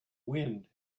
wind